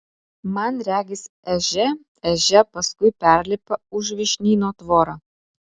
man regis ežia ežia paskui perlipa už vyšnyno tvorą